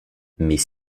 mais